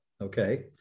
Okay